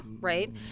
right